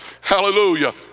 Hallelujah